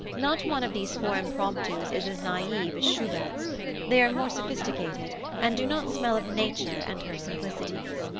not one of these four impromptus is as naive as schubert's they are more sophisticated and do not smell of nature and her simplicities.